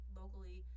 locally